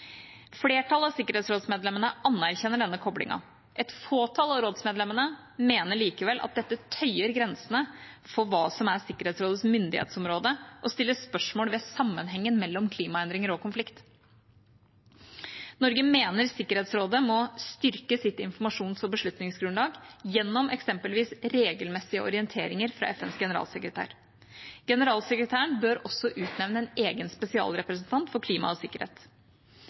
Flertallet av sikkerhetsrådsmedlemmene anerkjenner denne koblingen. Et fåtall av rådsmedlemmene mener likevel at dette tøyer grensene for hva som er Sikkerhetsrådets myndighetsområde, og stiller spørsmål ved sammenhengen mellom klimaendringer og konflikt. Norge mener Sikkerhetsrådet må styrke sitt informasjons- og beslutningsgrunnlag, gjennom eksempelvis regelmessige orienteringer fra FNs generalsekretær. Generalsekretæren bør også utnevne en egen spesialrepresentant for klima og sikkerhet.